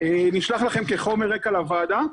נשלח לכם כחומר רקע לוועדה.